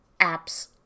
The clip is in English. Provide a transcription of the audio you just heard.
apps